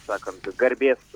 sakant garbės